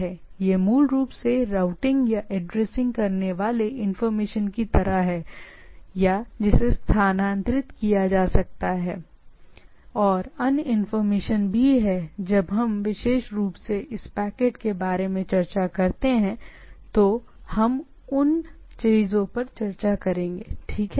यह मूल रूप से रूटिंग या ऐड्रेसिंग करने वाले इंफॉर्मेशन के लिए है जहां मैं चीजों के प्रकार जा रहा हूं या जहां मैं स्थानांतरित कर रहा हूं और वहां अन्य इंफॉर्मेशन हैं जो चीजों में हैं जब हम विशेष रूप से इस पैकेट के बारे में चर्चा करते हैं तो हम उन चीजों पर चर्चा करेंगे ठीक है